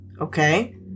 Okay